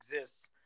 exists